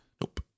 Nope